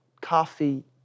coffee